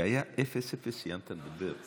כשהיה אפס-אפס סיימת לדבר.